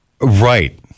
Right